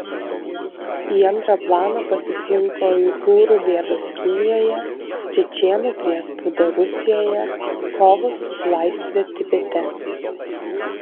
į antrą planą pasislinko uigūrų bėdos kinijoje čečėnų priespauda rusijoje kovos už laisvę tibete